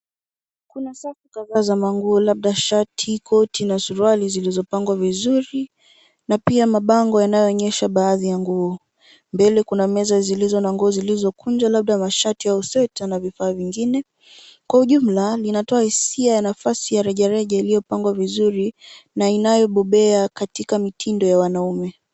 Kuna safu kadhaa za manguo, labda shati, koti, na suruali zilizopangwa vizuri na pia mabango yanayoonyesha baadhi ya nguo. Mbele kuna meza zilizona nguo zilizokunjwa labda mashati au sweta na vifaa vingine. Kwa ujumla linatoa hisia ya nafasi ya rejareja iliyopangwa vizuri, na inayobobea katika mitindo ya wanaume.